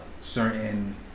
certain